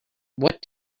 what